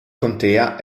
contea